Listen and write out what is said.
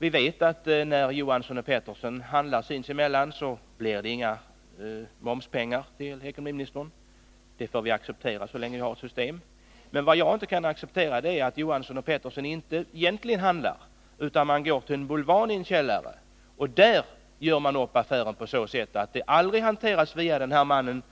Vi vet att det när Johansson och Pettersson handlar sinsemellan inte blir några momspengar till ekonomiministern. Det får vi acceptera så länge vi har det systemet. Men vad jag inte kan acceptera är att Johansson och Pettersson inte egentligen handlar med varandra utan går till en bulvan i en källare. Där gör man upp affären på sådant sätt att det aldrig framkommer att den hanteras via den här mannen.